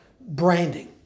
branding